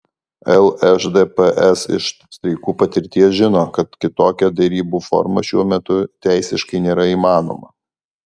lšdps iš streikų patirties žino kad kitokia derybų forma šiuo metu teisiškai nėra įmanoma